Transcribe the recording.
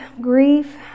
grief